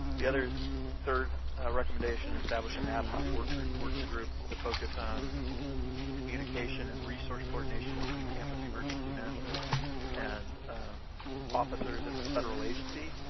the other third recommendation, establish an ad hoc working working group to focus on communication and resource coordination between campus emergency management and officers at the federal agency.